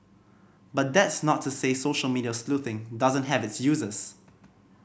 but that's not to say social media sleuthing doesn't have its uses